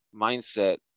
mindset